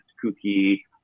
cookie